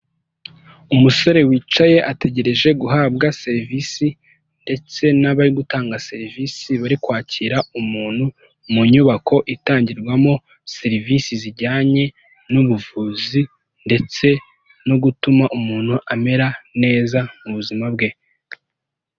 Umusore wicaye ategereje guhabwa serivisi, ndetse n'abari gutanga serivisi bari kwakira umuntu mu nyubako itangirwamo serivisi zijyanye n'ubuvuzi, ndetse no gutuma umuntu amera neza mu buzima bwe.